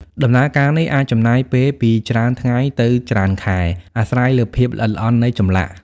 ដំណើរការនេះអាចចំណាយពេលពីច្រើនថ្ងៃទៅច្រើនខែ អាស្រ័យលើភាពល្អិតល្អន់នៃចម្លាក់។